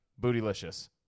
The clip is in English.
Bootylicious